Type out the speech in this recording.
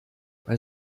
bei